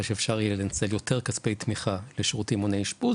שאפשר יהיה לנצל יותר כספי תמיכה לשירותים מונעי אשפוז